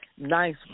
Nice